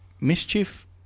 Mischief